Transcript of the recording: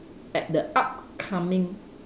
at the upcoming